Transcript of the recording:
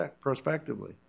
prospectively